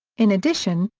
in addition,